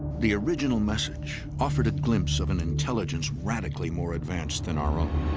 the original message offered a glimpse of an intelligence radically more advanced than our own.